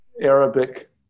Arabic